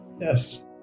yes